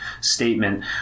statement